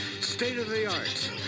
state-of-the-art